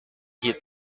hit